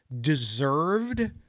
deserved